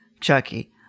Chucky